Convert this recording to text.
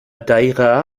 daïra